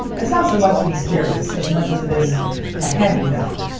it's not so much mysterious as much as it is a hand me down.